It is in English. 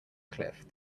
cliff